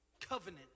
covenant